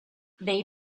they